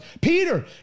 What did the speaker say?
Peter